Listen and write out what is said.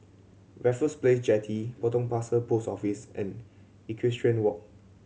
Raffles Place Jetty Potong Pasir Post Office and Equestrian Walk